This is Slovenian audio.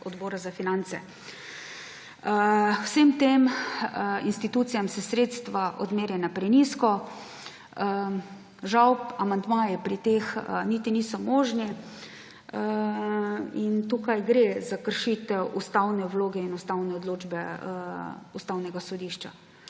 Odboru za finance − vsem tem institucijam so sredstva odmerjena prenizko. Žal amandmaji pri teh niti niso možni in tukaj gre za kršitev ustavne vloge in ustavne odločbe Ustavnega sodišča.